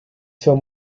zur